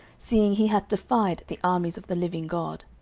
seeing he hath defied the armies of the living god.